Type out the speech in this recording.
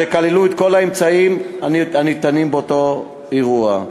שכללו את כל האמצעים הניתנים באותו אירוע.